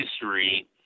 history